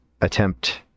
attempt